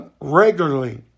regularly